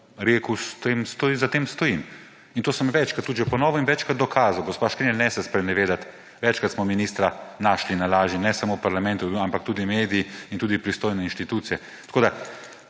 rekel, za tem stojim. To sem večkrat tudi že ponovil in večkrat dokazal. Gospa Škrinjar, ne se sprenevedati, večkrat smo ministra našli na laži, ne samo v parlamentu, ampak tudi mediji in tudi pristojne inštitucije. Tako da